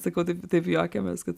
sakau taip taip juokiamės kad